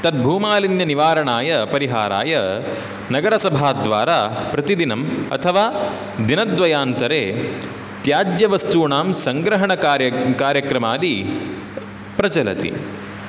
तद्भूमालिन्यनिवारणाय परिहाराय नगरसभाद्वारा प्रतिदिनम् अथवा दिनद्वयान्तरे त्याज्यवस्तूनां सङ्ग्रहणकार्य् कार्यक्रमादि प्रचलति